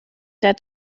der